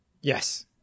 Yes